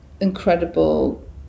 incredible